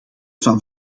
van